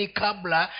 kabla